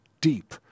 deep